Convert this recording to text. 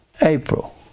April